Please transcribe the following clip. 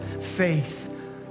faith